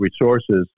resources